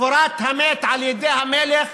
קבורת המת על ידי המלך,